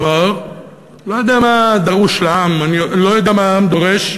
אמר: אני לא יודע מה העם דורש,